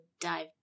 dive